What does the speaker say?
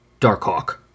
Darkhawk